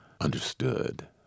understood